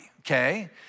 okay